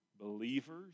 believers